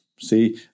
See